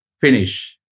finish